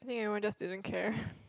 think everyone just didn't care